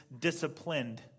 disciplined